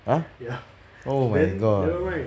!huh! oh my god